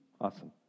Awesome